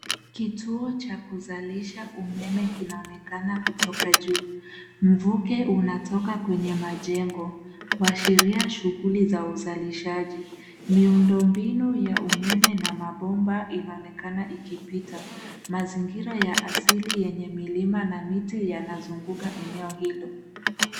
Kituo cha kuzalisha umeme kinaonekana kutoka juu. Mvuke unatoka kwenye majengo kuashiria shughuli za uzalishaji. Miundo mbinu ya umeme na mabomba inaonekana ikipita. Mazingira ya asili yenye milima na miti yanazunguka eneo hilo.